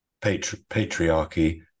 patriarchy